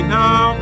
now